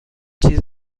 چیز